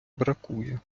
бракує